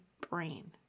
brain